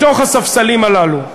מתוך הספסלים הללו.